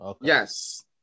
Yes